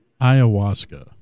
Ayahuasca